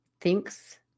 thinks